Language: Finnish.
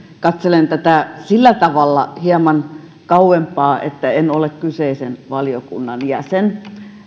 katselen tätä sillä tavalla hieman kauempaa että en ole kyseisen valiokunnan jäsen